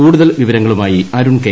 കൂടുതൽ വിവരങ്ങളുമായി അരുൺ കെ